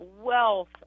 wealth